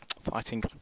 Fighting